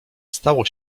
stało